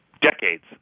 decades